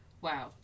wow